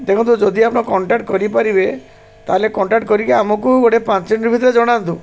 ଦେଖନ୍ତୁ ଯଦି ଆପଣ କଣ୍ଟାକ୍ଟ୍ କରିପାରିବେ ତା'ହେଲେ କଣ୍ଟାକ୍ଟ୍ କରିକି ଆମକୁ ଗୋଟେ ପାଞ୍ଚ ମିନିଟ୍ ଭିତରେ ଜଣାନ୍ତୁ